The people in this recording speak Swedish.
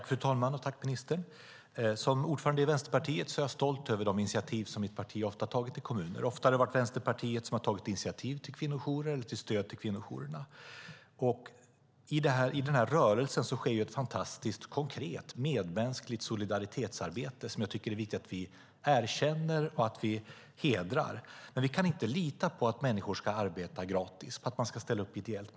Fru talman! Tack, ministern. Som ordförande i Vänsterpartiet är jag stolt över de initiativ som mitt parti har tagit i kommunerna. Det har ofta varit Vänsterpartiet som har tagit initiativ till kvinnojourer eller till stöd till kvinnojourer. I den här rörelsen sker ett konkret medmänskligt solidaritetsarbete som jag tycker att det är viktigt att vi erkänner och hedrar. Vi kan inte lita på att människor ska arbeta gratis och att de ska ställa upp ideellt.